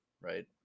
right